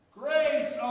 grace